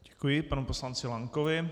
Děkuji panu poslanci Lankovi.